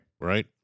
Right